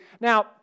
Now